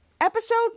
episode